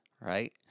right